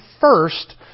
first